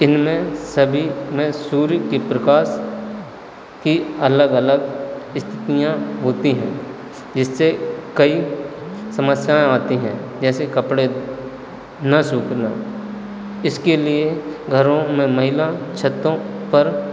इनमें सभी में सूर्य के प्रकाश की अलग अलग स्थितियाँ होती हैं जिससे कई समस्याएँ आती हैं जैसे कपड़े ना सूखना इसके लिए घरों में महिला छतों पर